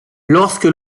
lorsque